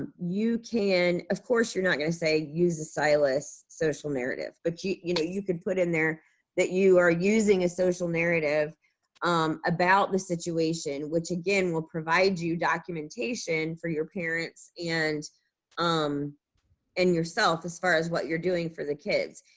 ah you can, of course you're not gonna say use the silas social narrative but you you you know, you can put in there that you are using a social narrative um about the situation which again will provide you documentation for your parents and um and yourself as far as what you're doing for the kids.